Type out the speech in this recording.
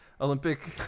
Olympic